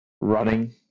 running